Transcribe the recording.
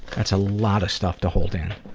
that's a lot of stuff to hold in.